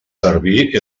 servir